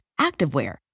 activewear